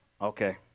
Okay